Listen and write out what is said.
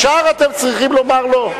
ישר אתם צריכים לומר לא?